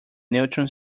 neutron